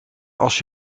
als